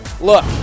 Look